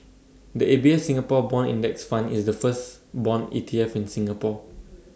the A B F Singapore Bond index fund is the first Bond E T F in Singapore